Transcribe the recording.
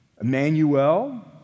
Emmanuel